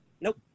Nope